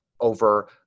over